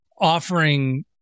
offering